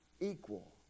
equal